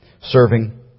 Serving